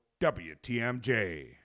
WTMJ